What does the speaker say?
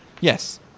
Yes